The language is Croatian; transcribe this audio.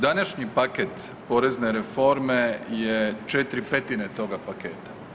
Današnji paket porezne reforme je 4/5 toga paketa.